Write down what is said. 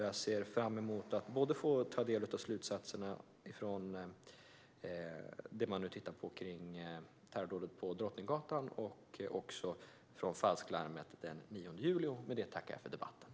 Jag ser fram emot att få ta del av slutsatserna från utvärderingen om terrordådet på Drottninggatan och från rapporten om falsklarmet den 9 juli. Men detta tackar jag för debatten!